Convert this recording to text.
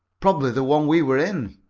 probably the one we were in.